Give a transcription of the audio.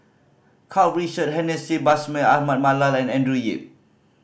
Karl Richard Hanitsch Bashir Ahmad Mallal and Andrew Yip